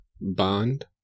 bond